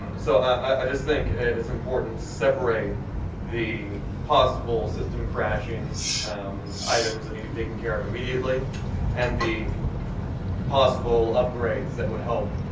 and so i just think it's important to separate the possible system crashing um items that need to be taken care off immediately and the possible upgrades that would help,